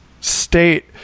state